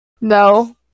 No